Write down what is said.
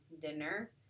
dinner